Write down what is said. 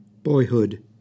Boyhood